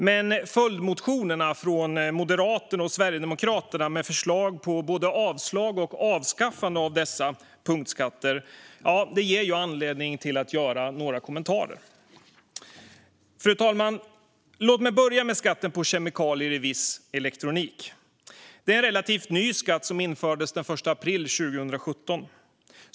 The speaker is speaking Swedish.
Men följdmotionerna från Moderaterna och Sverigedemokraterna, med förslag på både avslag och avskaffande av dessa punktskatter, ger mig anledning att göra några kommentarer. Fru talman! Låt mig börja med skatten på kemikalier i viss elektronik. Det är en relativt ny skatt som infördes den 1 april 2017.